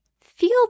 feel